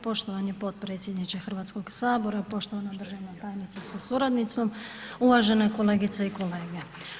Poštovani potpredsjedniče Hrvatskog sabora, poštovana državna tajnice sa suradnicom, uvažene kolegice i kolege.